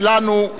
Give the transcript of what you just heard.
שלנו,